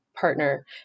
partner